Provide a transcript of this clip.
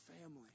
family